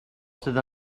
sydd